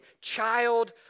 child